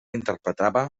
interpretava